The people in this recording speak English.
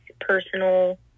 personal